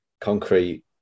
concrete